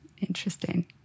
Interesting